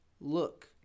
look